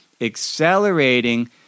accelerating